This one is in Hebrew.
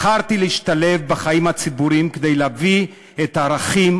בחרתי להשתלב בחיים הציבורים כדי להביא את הערכים,